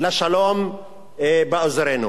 לשלום באזורנו.